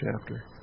chapter